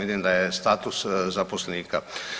Vidim da j status zaposlenika.